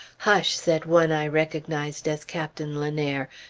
hush! said one i recognized as captain lenair.